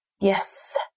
Yes